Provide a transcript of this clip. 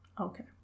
Okay